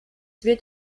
wird